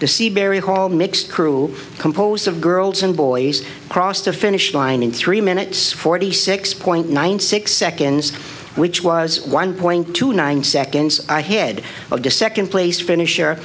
the seabury hall mixed cruel composed of girls and boys across the finish line in three minutes forty six point nine six seconds which was one point two nine seconds ahead of the second place finisher